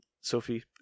Sophie